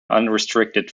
unrestricted